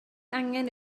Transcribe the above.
angen